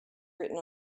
written